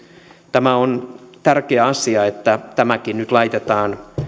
tämä on tärkeä asia että tämäkin nyt laitetaan